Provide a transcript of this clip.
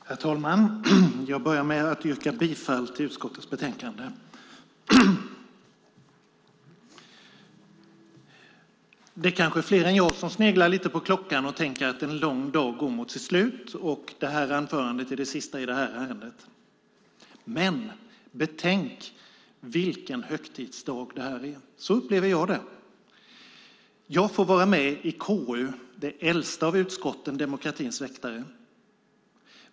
Herr talman! Låt mig börja med att yrka bifall till utskottets förslag i betänkandet. Det kanske är fler än jag som sneglar på klockan och tänker att en lång dag går mot sitt slut och att det här anförandet är det sista i detta ärende. Men betänk vilken högtidsdag det är! Så upplever jag det. Jag får vara med i KU, det äldsta av utskotten, demokratins väktare.